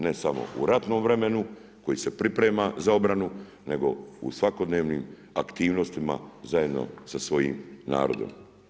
Ne samo u ratnom vremenu, koji se priprema za obranu, nego u svakodnevnim aktivnostima, zajedno sa svojim narodom.